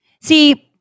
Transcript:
See